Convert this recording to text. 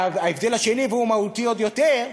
ההבדל השני, והוא מהותי עוד יותר,